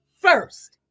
first